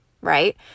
right